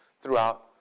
throughout